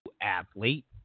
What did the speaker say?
athlete